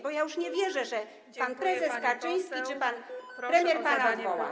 Bo ja już nie wierzę, że pan prezes Kaczyński czy pan premier pana odwoła.